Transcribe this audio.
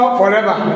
forever